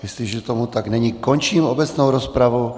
Jestliže tomu tak není, končím obecnou rozpravu.